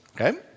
Okay